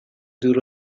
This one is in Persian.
دور